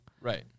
Right